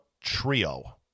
Trio